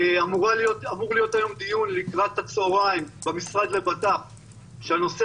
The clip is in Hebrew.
אמור להיות היום דיון לקראת הצהריים במשרד לבט"פ שהנושא